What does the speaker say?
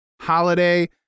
holiday